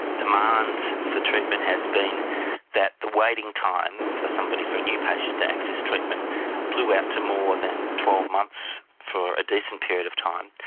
demand for treatment has been that the waiting time for somebody, for a new patient, to access treatment blew out to more than twelve months for a decent period of time.